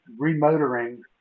remotoring